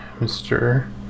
Mr